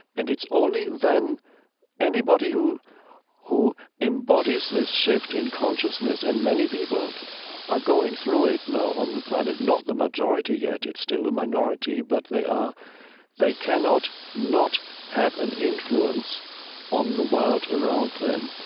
and it's only then anybody who who embodies this shift in consciousness and many people are going through it now on the planet not the majority yet, it's still a minority, but they are they cannot not have an influence on the world around them.